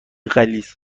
غلیظ